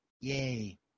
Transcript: Yay